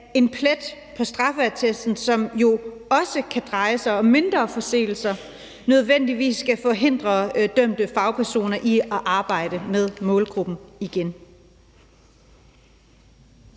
en plet på straffeattesten, som jo også kan dreje sig om mindre forseelser, nødvendigvis skal forhindre dømte fagpersoner i at arbejde med målgruppen igen.